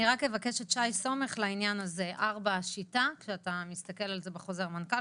אני רק אבקש את שי סומך לעניין הזה: כשאתה מסתכל על זה בחוזר מנכ"ל,